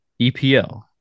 EPL